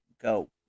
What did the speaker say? go